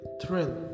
thrill